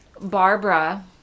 Barbara